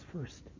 first